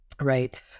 right